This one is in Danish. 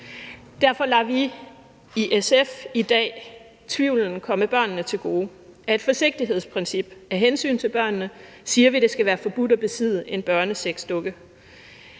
Derfor lader vi i SF i dag tvivlen komme børnene til gode. Af et forsigtighedsprincip og af hensyn til børnene siger vi, at det skal være forbudt at besidde en børnesexdukke.